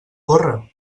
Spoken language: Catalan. corre